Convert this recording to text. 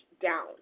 down